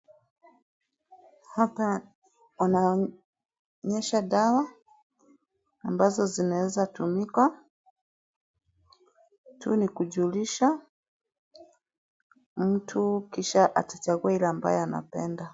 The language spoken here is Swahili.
Hapa wanaonyesha dawa ambazo zinaweza tumika , tu ni kujulisha mtu, kisha atachagua ile ambayo anapenda.